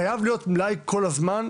אבל חייב להיות מלאי כל הזמן,